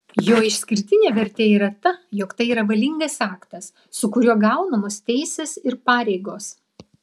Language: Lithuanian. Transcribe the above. jo išskirtinė vertė yra ta jog tai yra valingas aktas su kuriuo gaunamos teisės ir pareigos